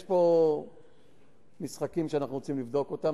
יש פה משחקים שאנחנו רוצים לבדוק אותם.